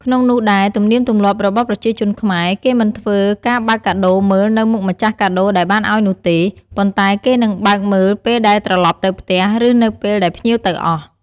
ក្នុងនោះដែរ ទំនៀមទំលាប់របស់ប្រជាជនខ្មែរ គេមិនធ្វើការបើកកាដូមើល នៅមុខម្ចាស់កាដូដែលបានអោយនោះទេ ប៉ុន្តែគេនិងបើកមើលពេលដែលត្រឡប់ទៅផ្ទះ ឬនៅពេលដែលភ្ញៀវទៅអស់។